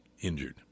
injured